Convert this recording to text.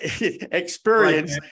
experience